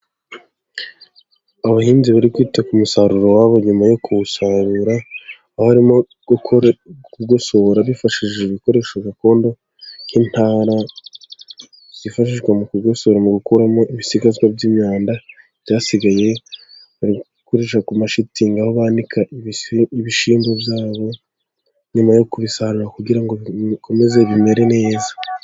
Abahinzi bari kwita ku musaruro wabo nyuma yo kuwusarura, aho barimo kugosora hifashishijejwe ibikoresho gakondo nk'intara zifashishwa mu kugosora, mu gukuramo ibisigazwa by'imyanda, byasigaye ku mashitingi, aho banika ibishimbo byabo nyuma yo kubisarura, kugira ngo bikomeze bimere neza.